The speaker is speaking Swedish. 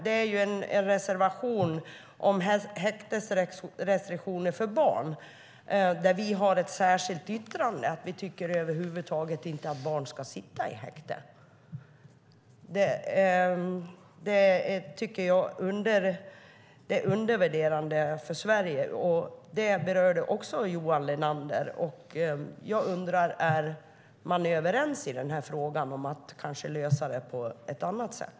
Det finns en reservation om häktesrestriktioner för barn där vi har ett särskilt yttrande. Vi tycker över huvud taget inte att barn ska sitta i häktet. Jag tycker att det är undervärderande för Sverige. Johan Linander berörde också detta, och jag undrar om man är överens om att kanske lösa denna fråga på ett annat sätt.